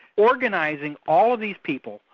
organising all of these people,